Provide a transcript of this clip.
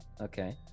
Okay